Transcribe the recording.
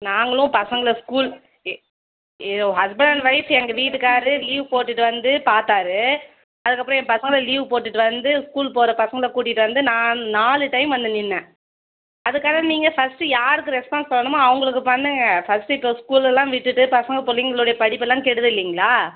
நாங்களும் பசங்களை ஸ்கூல் எ ஏஒ ஹஸ்பண்ட் ஒய்ஃப் எங்கள் வீட்டுக்காரர் லீவு போட்டுவிட்டு வந்து பார்த்தாரு அதுக்கப்புறம் என் பசங்களை லீவு போட்டுவிட்டு வந்து ஸ்கூல் போகிற பசங்களை கூட்டிகிட்டு வந்து நான் நாலு டைம் வந்து நின்றேன் அதுக்காக நீங்கள் ஃபர்ஸ்ட் யாருக்கு ரெஸ்பான்ஸ் பண்ணுமோ அவங்களுக்கு பண்ணுங்க ஃபர்ஸ்ட் இப்போ ஸ்கூலெலாம் விட்டுவிட்டு பசங்கள் பிள்ளைங்களோட படிப்பெலாம் கெடுது இல்லைங்களா